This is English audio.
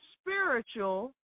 spiritual